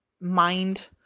mind